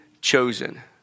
chosen